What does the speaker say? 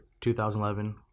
2011